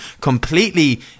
completely